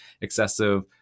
excessive